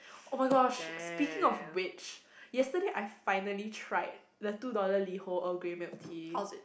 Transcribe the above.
oh-my-gosh speaking of which yesterday I finally tried the two dollar Liho Earl Grey milk tea